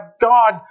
God